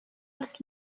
els